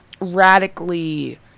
radically